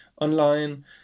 online